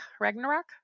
Ragnarok